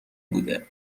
بوده